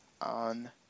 on